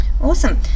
Awesome